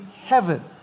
heaven